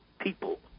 people